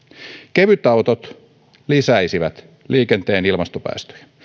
kevytautot lisäisivät liikenteen ilmastopäästöjä